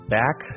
back